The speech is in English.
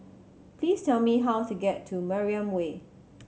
please tell me how to get to Mariam Way